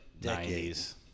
decades